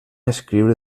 escriure